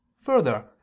further